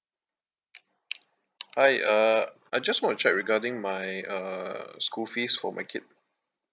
hi uh I just want to check regarding my uh school fees for my kid